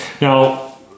now